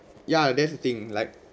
ya that's the thing like